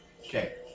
Okay